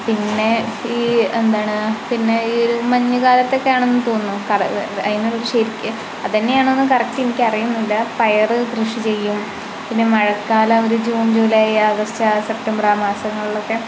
പിന്നെ ഈ എന്താണ് പിന്നെ ഈ മഞ്ഞുകാലത്തൊക്കെയാണ് തോന്നുന്നു ശരിക്ക് അത് തന്നെയാണോ എന്ന് കറക്റ്റ് എനിക്ക് അറിയുന്നില്ല പയർ കൃഷി ചെയ്യും പിന്നെ മഴക്കാലമോ ഒരു ജൂൺ ജൂലൈ ആഗസ്റ്റ് ആ സെപ്റ്റംബർ ആ മാസങ്ങളിലൊക്കെ